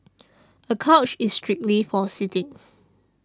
a couch is strictly for sitting